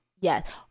yes